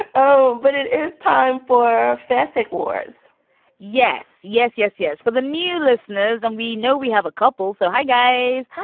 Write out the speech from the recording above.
ah oh, but it is time for a fanfic wars yes, yes, yes. yes. for the new listeners. and we know we have a couple. so hi guys.